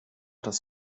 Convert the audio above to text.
das